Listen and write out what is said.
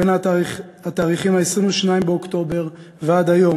מ-22 באוקטובר ועד היום,